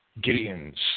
Gideon's